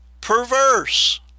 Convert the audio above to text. perverse